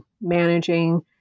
managing